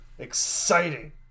Exciting